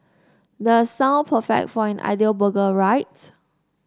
does sound perfect for an ideal burger right